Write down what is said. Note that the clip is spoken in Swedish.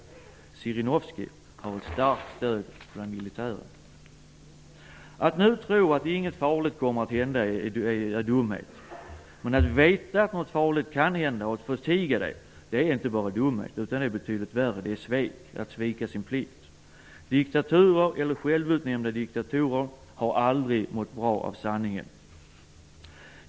Zjirinovskij har ett starkt stöd bland militären. Att nu tro att inget farligt kommer att hända är dumhet. Men att veta att något farligt kan hända och att förtiga det är inte bara dumhet utan något betydligt värre, det är svek - att svika sin plikt. Diktaturer eller självutnämnda diktatorer har aldrig mått bra av sanningen.